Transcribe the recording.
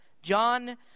John